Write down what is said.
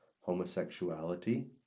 homosexuality